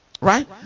Right